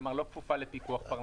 כלומר, לא כפופה לפיקוח פרלמנטרי.